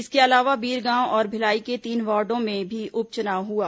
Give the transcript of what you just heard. इसके अलावा बिरगांव और भिलाई के तीन वार्डो में भी उपचुनाव हुआ